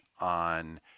on